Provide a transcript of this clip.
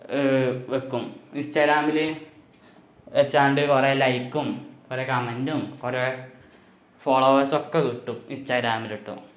വയ്ക്കും ഇന്സ്റ്റഗ്രാമില് വെച്ചാണ്ട് കുറേ ലൈക്കും കുറേ കമൻറ്റും കുറേ ഫോളോവേഴ്സും ഒക്കെ കിട്ടും ഇൻസ്റ്റഗ്രാമിലിട്ട്